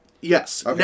yes